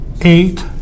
eight